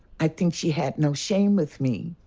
i think she had no shame with me,